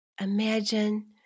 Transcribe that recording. imagine